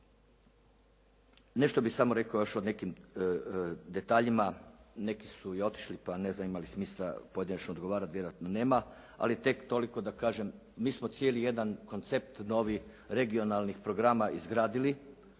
Nešto bih samo rekao još o nekim detaljima. Neki su i otišli pa ne znam ima li smisla pojedinačno odgovarati, vjerojatno nema, ali tek toliko da kažem. Mi smo cijeli jedan koncept novi regionalnih programa izgradili